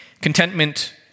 Contentment